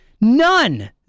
None